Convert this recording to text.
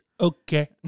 okay